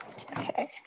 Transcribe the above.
Okay